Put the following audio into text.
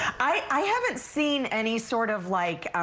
i haven't seen any sort of, like,